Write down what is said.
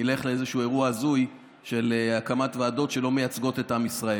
לא נלך לאיזשהו אירוע הזוי של הקמת ועדות שלא מייצגות את עם ישראל.